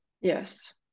Yes